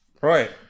right